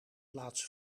plaats